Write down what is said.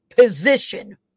position